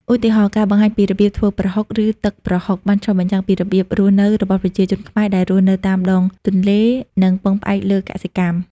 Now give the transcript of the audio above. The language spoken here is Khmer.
ឧទាហរណ៍ ការបង្ហាញពីរបៀបធ្វើ ប្រហុក ឬ ទឹកប្រហុក បានឆ្លុះបញ្ចាំងពីរបៀបរស់នៅរបស់ប្រជាជនខ្មែរដែលរស់នៅតាមដងទន្លេ និងពឹងផ្អែកលើកសិកម្ម ។